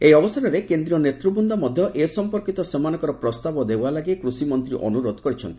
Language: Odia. ଏହି ଅବସରରେ କେନ୍ଦ୍ରୀୟ ନେତୃବ୍ନ୍ଦ ମଧ୍ୟ ଏ ସମ୍ପର୍କିତ ସେମାନଙ୍କର ପ୍ରସ୍ତାବ ଦେବା ଲାଗି କୃଷିମନ୍ତ୍ରୀ ଅନୁରୋଧ କରିଛନ୍ତି